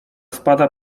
spada